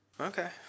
Okay